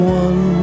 one